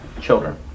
children